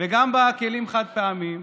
וגם בכלים החד-פעמיים,